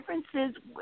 differences